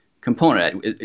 component